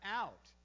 out